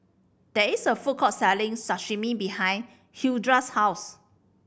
there is a food court selling Sashimi behind Hildred's house